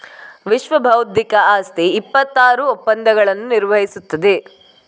ವಿಶ್ವಬೌದ್ಧಿಕ ಆಸ್ತಿ ಇಪ್ಪತ್ತಾರು ಒಪ್ಪಂದಗಳನ್ನು ನಿರ್ವಹಿಸುತ್ತದೆ